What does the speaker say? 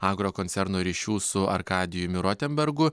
agrokoncerno ryšių su arkadijumi rotenbergu